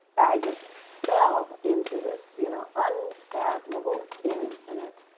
i just fell into this you know unfathomable, infinite